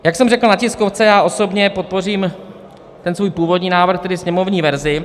Jak jsem řekl na tiskovce, já osobně podpořím svůj původní návrh, tedy sněmovní verzi.